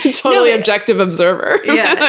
totally objective observer. yeah okay.